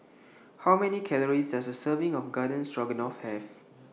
How Many Calories Does A Serving of Garden Stroganoff Have